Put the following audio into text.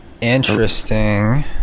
Interesting